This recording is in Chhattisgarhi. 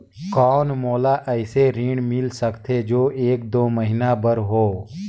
कौन मोला अइसे ऋण मिल सकथे जो एक दो महीना बर हो?